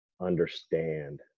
understand